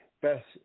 best